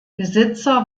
besitzer